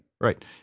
Right